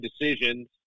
decisions